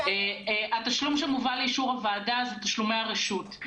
‏התשלומים שמובאים לאישור הוועדה הם תשלומי הרשות.